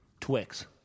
Twix